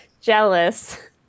jealous